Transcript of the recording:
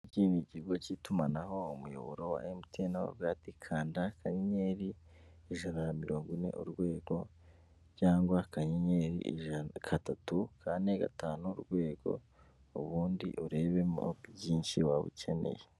Iki ni ikigo cy'itumanaho umuyoboro wa MTN. Aho bavuga ati kanda akanyenyeri, ijana na mirongo ine, urwego. cyangwa akanyenyeri, gatatu, kane, gatanu urwego, ubundi urebemo byinshi waba ukeneye.